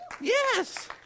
Yes